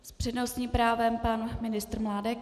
S přednostním právem pan ministr Mládek.